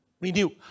Renew